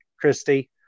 Christy